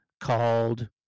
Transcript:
called